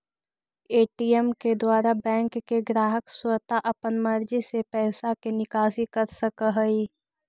ATM के द्वारा bank के ग्राहक स्वता अपन मर्जी से पैइसा के निकासी कर सकऽ हइ